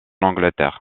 angleterre